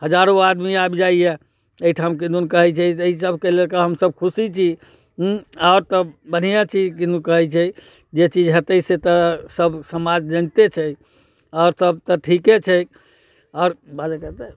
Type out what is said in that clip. हजारो आदमी आबि जाइए एहिठाम किदन कहै छै जे एहिसबके लऽ कऽ हमसब खुशी छी उँ आओर तऽ बढ़िआँ छी किदन कहै छै जे चीज हेतै से तऽ सब समाज जानिते छै आओर सब तऽ ठीके छै आओर बाजैके हेतै